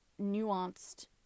nuanced